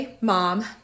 mom